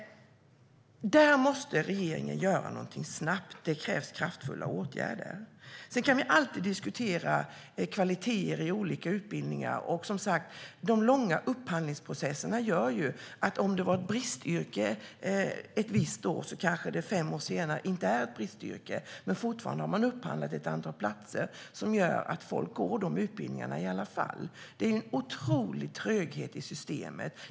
Regeringen måste göra någonting snabbt. Det krävs kraftfulla åtgärder. Sedan kan vi alltid diskutera kvaliteten i olika utbildningar. Ett bristyrke ett visst år är kanske inte längre ett bristyrke fem år senare, men de långa upphandlingsprocesserna gör att folk går de utbildningarna i alla fall. Det är en otrolig tröghet i systemet.